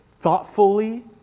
thoughtfully